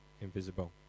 invisible